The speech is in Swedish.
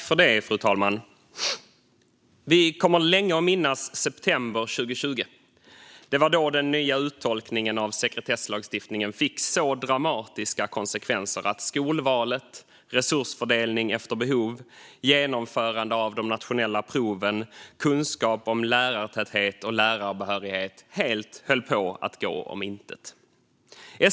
Fru talman! Vi kommer länge att minnas september 2020. Det var då den nya uttolkningen av sekretesslagstiftningen fick så dramatiska konsekvenser att skolval, resursfördelning efter behov, genomförande av de nationella proven och kunskap om lärartäthet och lärarbehörighet höll på att gå helt om intet.